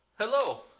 Hello